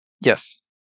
Yes